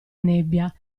nebbia